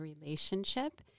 relationship